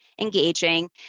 engaging